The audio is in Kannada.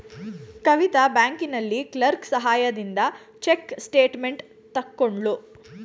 ಕವಿತಾ ಬ್ಯಾಂಕಿನಲ್ಲಿ ಕ್ಲರ್ಕ್ ಸಹಾಯದಿಂದ ಚೆಕ್ ಸ್ಟೇಟ್ಮೆಂಟ್ ತಕ್ಕೊದ್ಳು